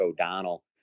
O'Donnell